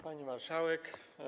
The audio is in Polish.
Pani Marszałek!